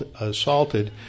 assaulted